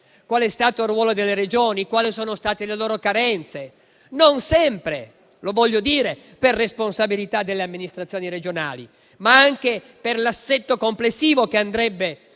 quale sia stato il ruolo delle Regioni e quali siano state le loro carenze, non sempre per responsabilità delle amministrazioni regionali, ma per l'assetto complessivo, che andrebbe